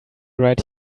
right